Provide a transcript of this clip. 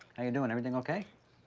how you doing, everything okay?